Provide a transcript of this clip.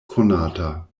konata